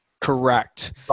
Correct